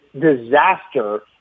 disaster